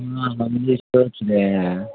ہاں ہاں مجھے اسٹور چلے ہیں